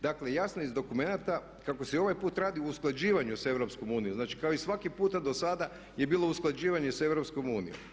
Dakle jasno je iz dokumenata kako se i ovaj put radi o usklađivanju sa EU, znači kao i svaki puta do sada je bilo usklađivanje sa EU.